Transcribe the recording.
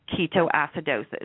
ketoacidosis